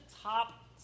top